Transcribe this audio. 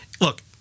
look